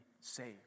saved